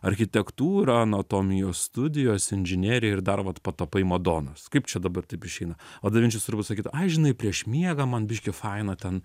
architektūra anatomijos studijos inžinerija ir dar vat patapai madonas kaip čia dabar taip išeina o da vinčis turbūt sakytų ai žinai prieš miegą man biškį faina ten